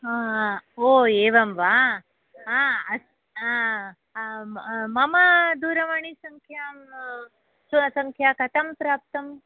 ह ओ एवं वा हा अस्तु मम दूरवाणीसङ्ख्या सङ्ख्या कथं प्राप्ता